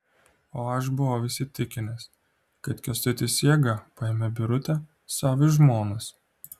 o aš buvau įsitikinęs kad kęstutis jėga paėmė birutę sau į žmonas